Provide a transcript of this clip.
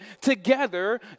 together